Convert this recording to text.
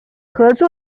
合作